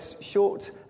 short